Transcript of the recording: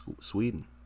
Sweden